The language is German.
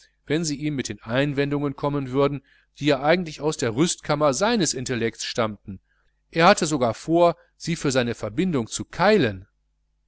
wenn sie ihm mit den einwendungen kommen würden die ja eigentlich aus der rüstkammer seines intellekts stammten er hatte sogar vor sie für seine verbindung zu keilen